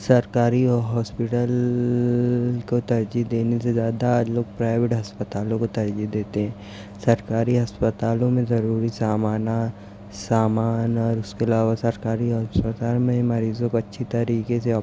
سرکاری ہاسپٹل کو ترجیح دینے سے زیادہ لوگ پرائیورٹ ہسپتالوں کو ترجیح دیتے ہیں سرکاری ہسپتالوں میں ضروری سامانا سامان اور اس کے علاوہ سرکاری ہسپتال میں مریضوں کو اچھی طریقے سے